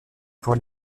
pour